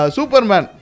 Superman